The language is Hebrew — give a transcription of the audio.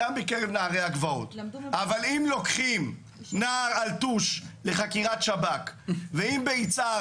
גם בקרב נערי הגבעות אבל אם לוקחים נער אלטוש לחקירת שב"כ ואם ביצהר,